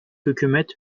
hükümet